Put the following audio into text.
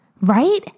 right